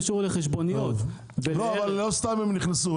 לא סתם הם נכנסו,